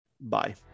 Bye